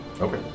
Okay